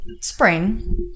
Spring